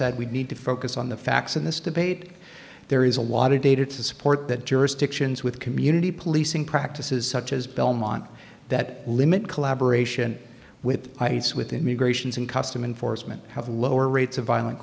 said we need to focus on the facts in this debate there is a lot of data to support that jurisdictions with community policing practices such as belmont that limit collaboration with ice with immigrations and customs enforcement have lower rates of violent